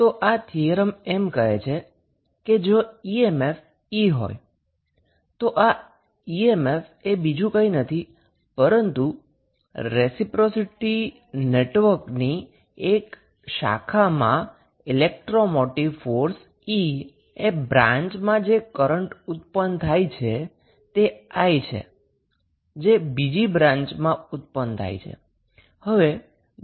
તો આ થીયરમ એમ કહે છે કે જો emf E હોય તો આ emf એ બીજું કંઈ નથી પરંતુ રેસિપ્રોસિટી નેટવર્કની 1 શાખામાં ઈલેક્ટ્રોમોટિવ ફોર્સ E એ અન્ય બ્રાન્ચમાં જે કરન્ટ ઉતપન્ન થાય છે તે I છે જે બીજી બ્રાંચમાં ઉત્પન્ન થાય છે